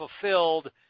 fulfilled